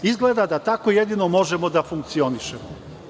Izgleda da tako jedino možemo da funkcionišemo.